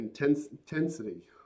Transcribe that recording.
intensity